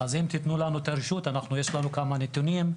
אז אם תיתנו לנו את הרשות, יש לנו כמה נתונים,